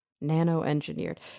nano-engineered